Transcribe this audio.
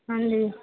ਹਾਂਜੀ